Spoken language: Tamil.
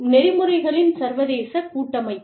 நெறிமுறைகளின் சர்வதேச கட்டமைப்பு